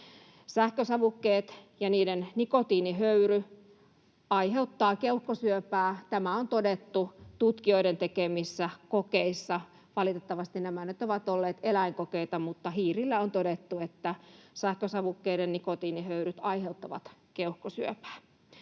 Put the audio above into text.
Sähkösavukkeet ja niiden nikotiinihöyry aiheuttavat keuhkosyöpää, tämä on todettu tutkijoiden tekemissä kokeissa. Valitettavasti nämä nyt ovat olleet eläinkokeita, eli hiirillä on todettu, että sähkösavukkeiden nikotiinihöyryt aiheuttavat keuhkosyöpää.